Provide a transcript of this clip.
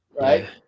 right